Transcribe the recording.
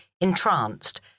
entranced